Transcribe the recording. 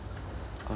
uh